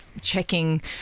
checking